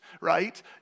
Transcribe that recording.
right